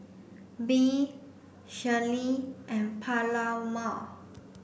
Bee Shirlee and Paloma